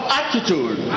attitude